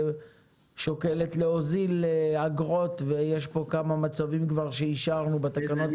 שוקלת להוזיל אגרות ויש פה כמה מצבים כבר שאישרנו בתקנות.